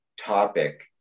topic